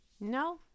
no